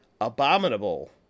Abominable